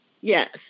Yes